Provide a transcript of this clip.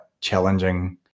challenging